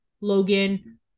logan